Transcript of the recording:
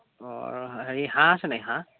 অঁ আৰু হেৰি হাঁহ আছে নেকি হাঁহ